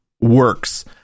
works